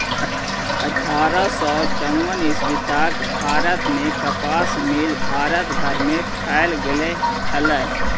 अट्ठारह सौ चौवन ईस्वी तक भारत में कपास मिल भारत भर में फैल गेले हलई